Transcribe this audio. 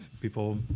People